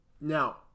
now